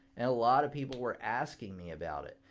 a lot of people were asking me about it.